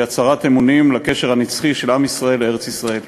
שהיא הצהרת אמונים לקשר הנצחי של עם ישראל לארץ-ישראל.